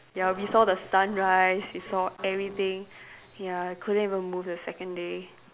ya we saw the sun rise we saw everything ya couldn't even move the second day